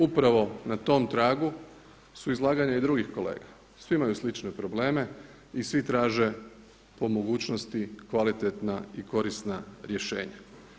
Upravo na tom tragu su izlaganja i drugih kolega, svi imaju slične probleme i svi traže po mogućnosti kvalitetna i korisna rješenja.